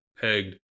pegged